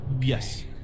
Yes